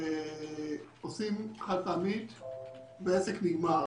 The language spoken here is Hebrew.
שזה בעצם המקומות שהציבור נכנס לשם,